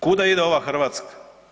Kuda ide ova Hrvatska?